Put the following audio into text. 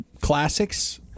Classics